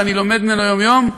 ואני לומד ממנו יום-יום,